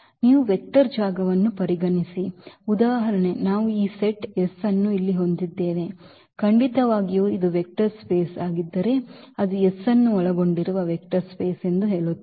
ನೀವು ವೆಕ್ಟರ್ ಜಾಗವನ್ನು ಪರಿಗಣಿಸಿ ಉದಾಹರಣೆಗೆ ನಾವು ಈ ಸೆಟ್ S ಅನ್ನು ಇಲ್ಲಿ ಹೊಂದಿದ್ದೇವೆ ಖಂಡಿತವಾಗಿಯೂ ಇದು ವೆಕ್ಟರ್ ಸ್ಪೇಸ್ ಆಗಿದ್ದರೆ ಅದು S ಅನ್ನು ಒಳಗೊಂಡಿರುವ ವೆಕ್ಟರ್ ಸ್ಪೇಸ್ ಎಂದು ಹೇಳುತ್ತದೆ